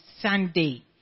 Sunday